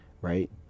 right